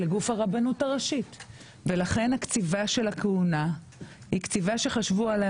לגוף הרבנות הראשית ולכן הקציבה של הכהונה היא קציבה שחשבו עליה